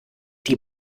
die